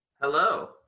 Hello